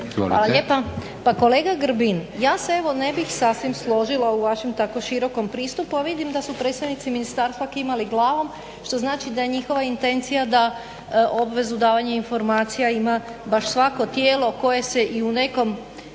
Hvala lijepa. Pa kolega Grbin, ja se evo ne bih sasvim složila u vašem tako širokom pristupu, a vidim da su predstavnici ministarstva kimali glavom što znači da je njihova intencija da obvezu davanja informacija ima baš svako tijelo koje se i u nekom,